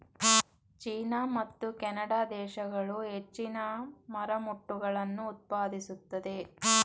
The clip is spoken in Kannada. ಚೀನಾ ಮತ್ತು ಕೆನಡಾ ದೇಶಗಳು ಹೆಚ್ಚಿನ ಮರಮುಟ್ಟುಗಳನ್ನು ಉತ್ಪಾದಿಸುತ್ತದೆ